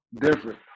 Different